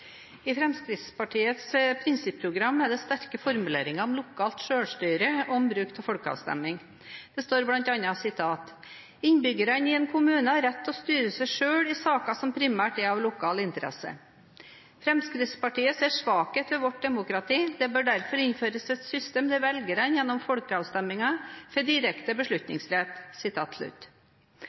I Fremskrittspartiets prinsipprogram er det sterke formuleringer om lokalt selvstyre og bruk av folkeavstemning. Det står bl.a.: «Innbyggerne i en kommune har rett til å styre seg selv i saker som primært er av lokal interesse Videre står det: «Fremskrittspartiet ser svakheter ved vårt demokrati. Det bør derfor innføres et system der velgerne, gjennom folkeavstemninger, får direkte avgjørende beslutningsrett.»